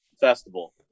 festival